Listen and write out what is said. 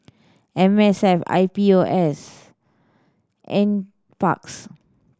M S F I P O S Nparks